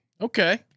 Okay